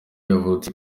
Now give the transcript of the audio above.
yavutse